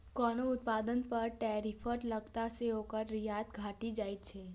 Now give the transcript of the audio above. कोनो उत्पाद पर टैरिफ लगला सं ओकर निर्यात घटि जाइ छै